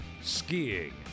skiing